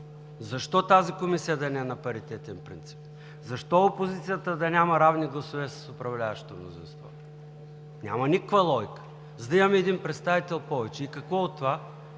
Защо тази комисия да не е на паритетен принцип? Защо опозицията да няма равни гласове с управляващото мнозинство? Няма никаква логика. За да имаме един представител повече. И какво от това?